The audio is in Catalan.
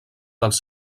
dels